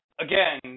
Again